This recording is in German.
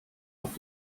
auf